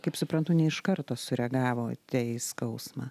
kaip suprantu ne iš karto sureagavote į skausmą